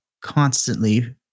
constantly